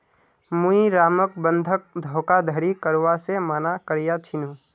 मुई रामक बंधक धोखाधड़ी करवा से माना कर्या छीनु